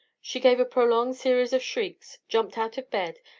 she gave a prolonged series of shrieks, jumped out of bed,